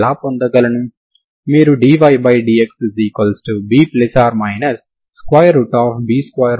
x ct వద్ద మీరు u యొక్క కుడి మరియు ఎడమ వైపులను సమానం చేస్తే మీరు f 0 అని చూడవచ్చు సరేనా